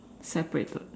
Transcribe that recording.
separated